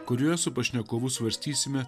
kurioje su pašnekovu svarstysime